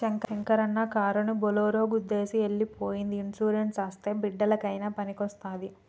శంకరన్న కారుని బోలోరో గుద్దేసి ఎల్లి పోయ్యింది ఇన్సూరెన్స్ అస్తే బిడ్డలకయినా పనికొస్తాది